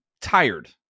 tired